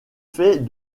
faits